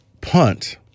punt